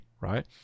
right